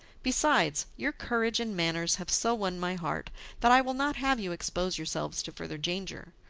besides, your courage and manners have so won my heart that i will not have you expose yourselves to further danger.